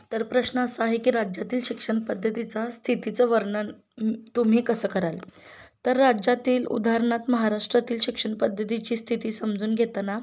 तर प्रश्न असा आहे की राज्यातील शिक्षणपद्धतीचा स्थितीचं वर्णन तुम्ही कसं कराल तर राज्यातील उदाहारणात महाराष्ट्रातील शिक्षण पद्धतीची स्थिती समजून घेताना